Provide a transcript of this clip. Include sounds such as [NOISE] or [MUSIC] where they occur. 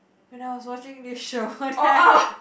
when I was watching this show [LAUGHS] then I